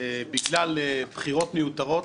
בגלל בחירות מיותרות.